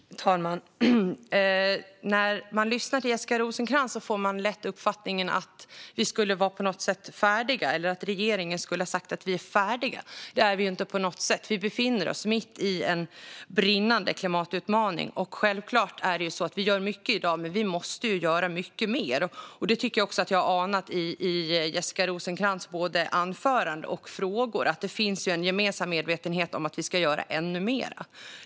Herr talman! När man lyssnar till Jessica Rosencrantz får man lätt uppfattningen att regeringen skulle ha sagt att vi är färdiga. Det är vi inte på något sätt. Vi befinner oss mitt i en brinnande klimatutmaning. Vi gör mycket i dag, men självklart måste vi göra mycket mer. Jag tycker också att jag anar i både Jessica Rosencrantz anförande och hennes frågor att det finns en gemensam medvetenhet om att vi ska göra ännu mer.